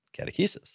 catechesis